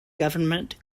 government